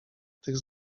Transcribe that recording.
tych